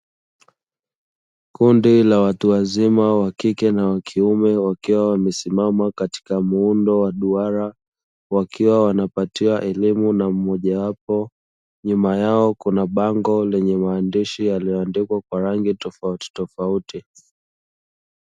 Kundi la watu wazima wa kike na wa kiume wakiwa wamesimama katika muundo wa duara wakiwa wanapatiwa elimu na mmojawapo, nyuma yao kuna bango lenye maandishi yaliyoandikwa kwa rangi tofautitofauti.